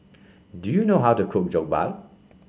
do you know how to cook Jokbal